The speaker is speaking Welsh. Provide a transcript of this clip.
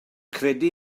credu